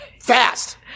Fast